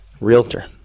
realtor